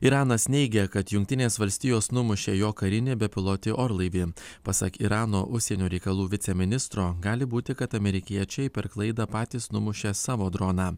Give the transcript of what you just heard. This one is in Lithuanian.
iranas neigia kad jungtinės valstijos numušė jo karinį bepilotį orlaivį pasak irano užsienio reikalų viceministro gali būti kad amerikiečiai per klaidą patys numušė savo droną